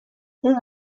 اون